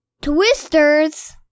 Twister's